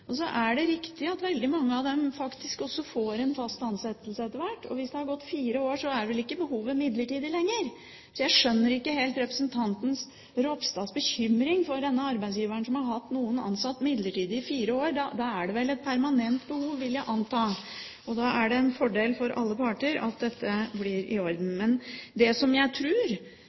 ansatt. Så er det riktig at veldig mange av dem faktisk også får en fast ansettelse etter hvert. Og hvis det har gått fire år, er vel ikke behovet midlertidig lenger? Så jeg skjønner ikke representanten Ropstads bekymring for denne arbeidsgiveren som har hatt noen ansatt midlertidig i fire år – da er det vel et permanent behov, vil jeg anta. Og da er det en fordel for alle parter at dette blir i orden. Det som jeg